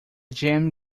gem